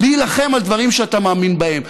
להילחם על דברים שאתה מאמין בהם,